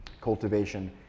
cultivation